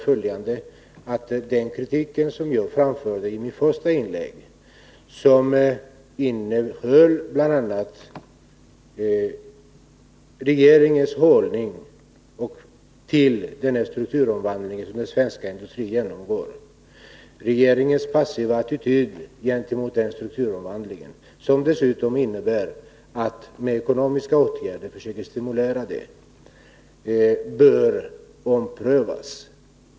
För det andra bör, som jag sade i mitt första inlägg, regeringens hållning till den strukturomvandling som den svenska industrin genomgår — den hållningen innebär att man med ekonomiska åtgärder försöker stimulera den eller intar en passiv attityd till den — omprövas.